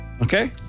Okay